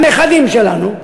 לנכדים שלנו,